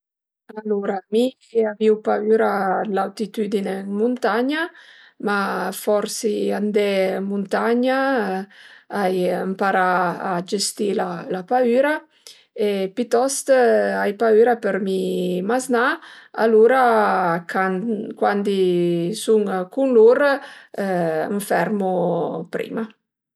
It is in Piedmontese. Alura mi avìu paüra l'altitüdine ën muntagna, ma a forsa andé ën muntagna ai ëmparà a gestì la paüra e pitost ai paüura për mi maznà, alura can cuandi sun cun lur më fermu prima